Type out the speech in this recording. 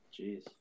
Jeez